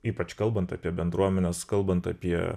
ypač kalbant apie bendruomenes kalbant apie